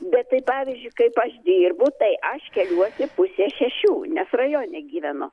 bet tai pavyzdžiui kaip aš dirbu tai aš keliuosi pusę šešių nes rajone gyvenu